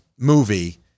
movie